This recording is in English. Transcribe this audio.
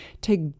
take